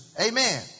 Amen